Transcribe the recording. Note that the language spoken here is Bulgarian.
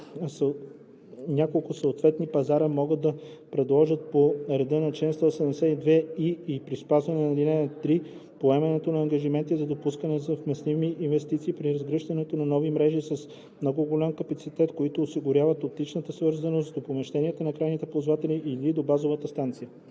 няколко съответни пазара могат да предложат по реда на чл. 172и и при спазване на ал. 3 поемането на ангажименти за допускане на съвместни инвестиции при разгръщането на нови мрежи с много голям капацитет, които осигуряват оптична свързаност до помещенията на крайните ползватели или до базовата станция.